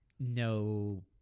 no